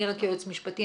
אני רק יועץ משפטי,